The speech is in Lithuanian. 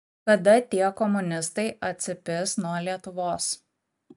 kada tie komunistai atsipis nuo lietuvos